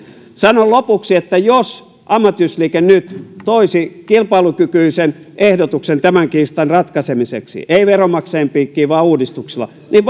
sanon lopuksi että jos ammattiyhdistysliike nyt toisi kilpailukykyisen ehdotuksen tämän kiistan ratkaisemiseksi ei veronmaksajien piikkiin vaan uudistuksilla niin